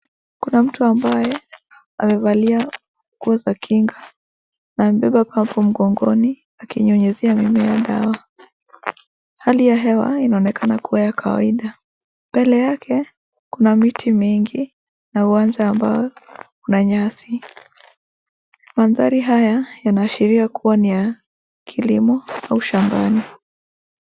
Kuna ambaye amevalia nguo za kinga na amebeba pampu mgongoni akinyunyizia mimea dawa. Hali ya hewa inaonekana kuwa ya kawaida. Mbele yake kuna miti mingi na uwanja ambao una nyasi. Mandhari haya yanaashiria kuwa ni ya kilimo au shambani.